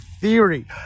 theory